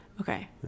okay